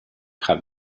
have